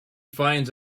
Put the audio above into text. finds